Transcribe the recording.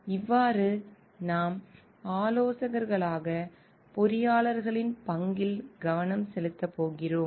இன்று நாம் ஆலோசகர்களாக பொறியாளர்களின் பங்கில் கவனம் செலுத்தப் போகிறோம்